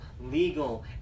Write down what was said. legal